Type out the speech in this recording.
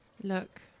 Look